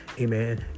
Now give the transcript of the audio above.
Amen